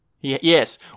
Yes